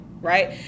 right